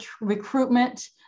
recruitment